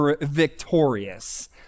victorious